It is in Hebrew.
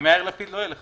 עם יאיר לפיד לא יהיה לך